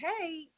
hey